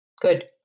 Good